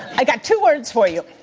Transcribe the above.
i got two words for you.